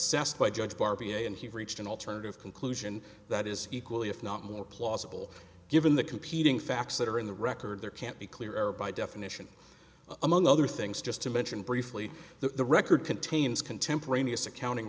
by judge bar b a and he reached an alternative conclusion that is equally if not more plausible given the competing facts that are in the record there can't be clearer by definition among other things just to mention briefly the record contains contemporaneous accounting